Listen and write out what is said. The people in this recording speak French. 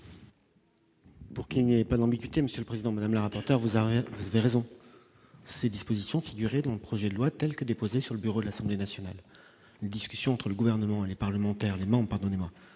Pour qu'il n'y a pas d'ambiguïté, Monsieur le Président Madame la rapporteur vous arrête Verizon ces dispositions figurer dans le projet de loi telle que déposée sur le bureau de l'Assemblée nationale, les discussions entre le gouvernement et les parlementaires Le pardonnez-moi,